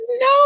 No